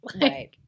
Right